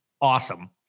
Awesome